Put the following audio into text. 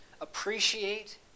appreciate